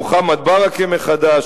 מוחמד ברכה מחד"ש,